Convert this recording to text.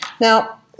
Now